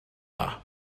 dda